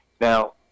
Now